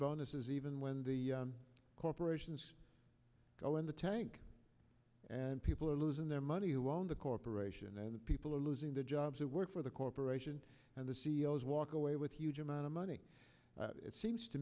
bonuses even when the corporations go in the tank and people are losing their money who own the corporation and the people who are losing their jobs who work for the corporation and the c e o s walk away with a huge amount of money it seems to